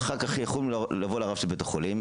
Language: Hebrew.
ואחר כך יכולים לבוא לרב של בית החולים,